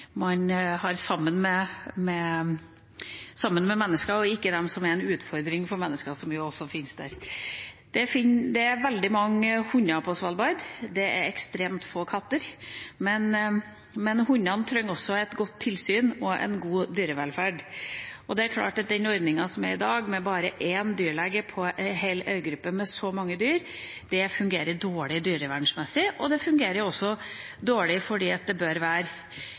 sammen med menneskene, og ikke de som er en utfordring for menneskene, som jo også fins der. Det er veldig mange hunder på Svalbard, det er ekstremt få katter, men hundene trenger også et godt tilsyn og en god dyrevelferd. Det er klart at den ordningen som er i dag, med bare én dyrlege på en hel øygruppe med så mange dyr, fungerer dårlig dyrevernsmessig, og det fungerer også dårlig fordi det bør være